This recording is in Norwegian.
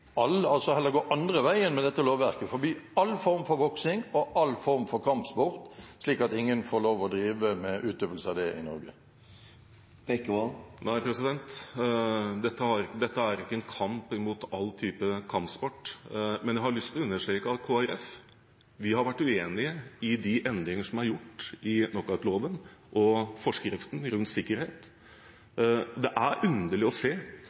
all form for boksing og all form for kampsport, slik at ingen får lov til å drive med utøvelse av det i Norge? Nei, dette er ikke en kamp mot alle typer kampsport, men jeg har lyst til å understreke at Kristelig Folkeparti har vært uenig i de endringene som er gjort i knockoutloven og forskriften rundt sikkerhet. Det er underlig å se